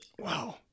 Wow